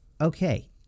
Okay